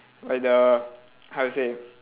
like the how to say